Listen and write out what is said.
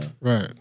Right